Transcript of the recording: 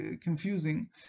confusing